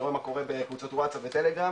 אני רואה מה קורה בקבוצות ווצאפ וטלגרם,